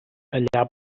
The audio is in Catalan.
allà